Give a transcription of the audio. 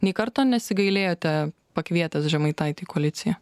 nei karto nesigailėjote pakvietęs žemaitaitį į koaliciją